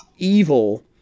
evil